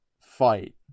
fight